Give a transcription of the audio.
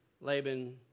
Laban